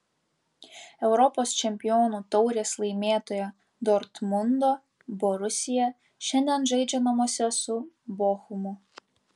europos čempionų taurės laimėtoja dortmundo borusija šiandien žaidžia namuose su bochumu